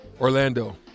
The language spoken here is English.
Orlando